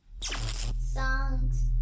Songs